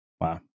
Wow